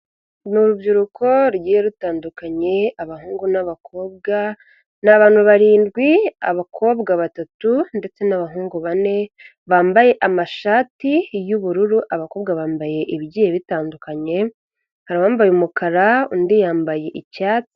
Ni urubyiruko rugiye rutandukanye abahungu n'abakobwa, ni abantu barindwi abakobwa batatu ndetse n'abahungu bane, bambaye amashati y'ubururu abakobwa bambaye ibigiye bitandukanye, hari abambaye umukara undi yambaye icyatsi.